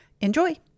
Enjoy